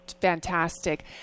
fantastic